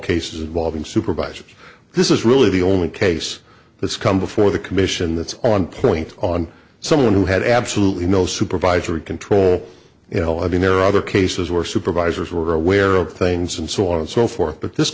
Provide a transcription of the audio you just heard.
cases involving supervisors this is really the only case that's come before the commission that's on point on someone who had absolutely no supervisory control you know i mean there are other cases where supervisors were aware of things and so on and so forth but this